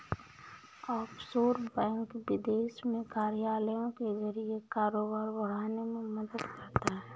offshore bank विदेश में कार्यालयों के जरिए कारोबार बढ़ाने में मदद करता है